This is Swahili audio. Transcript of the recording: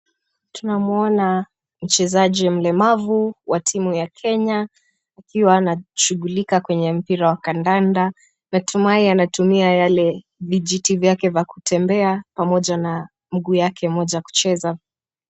Tunamuona mchezaji mlemavu wa timu ya Kenya akiwa anashughulika kwenye mpira wa kandanda natumai anatumia yale vijiti vyake vya kutembea pamoja na mguu yake mmoja kucheza.